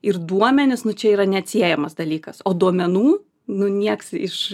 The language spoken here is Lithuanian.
ir duomenys nu čia yra neatsiejamas dalykas o duomenų nu nieks iš